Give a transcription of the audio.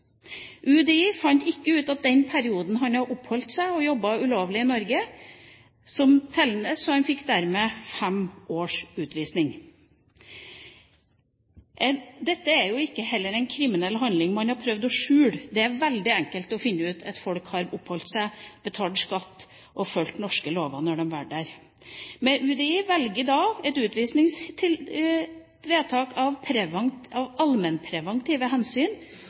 UDI fant ikke den perioden han hadde oppholdt seg og jobbet ulovlig i Norge, som tellende, så han fikk dermed fem års utvisning. Dette er jo heller ikke en kriminell handling man har prøvd å skjule. Det er veldig enkelt å finne ut at folk har oppholdt seg her, betalt skatt og fulgt norske lover mens de var her. Men UDI velger da et utvisningsvedtak, av allmennpreventive hensyn,